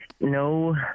no